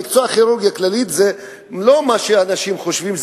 המקצוע של כירורגיה כללית זה לא מה שאנשים חושבים,